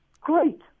Great